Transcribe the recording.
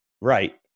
right